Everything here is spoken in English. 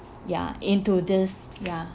ya into this ya